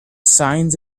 signs